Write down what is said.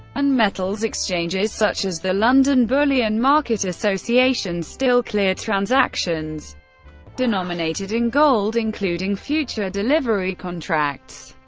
and metals exchanges such as the london bullion market association still clear transactions denominated in gold, including future delivery contracts.